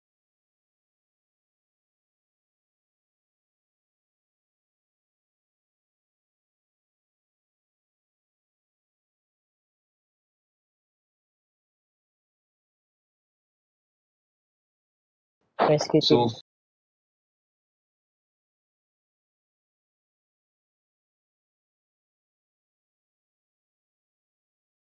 I squish it